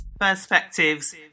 perspectives